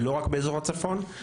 ולא רק באזור הצפון.